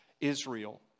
Israel